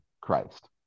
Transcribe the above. Christ